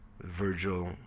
Virgil